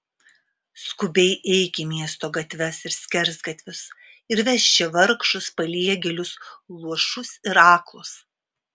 skubiai eik į miesto gatves ir skersgatvius ir vesk čia vargšus paliegėlius luošus ir aklus